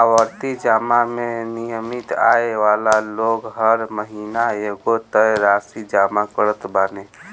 आवर्ती जमा में नियमित आय वाला लोग हर महिना एगो तय राशि जमा करत बाने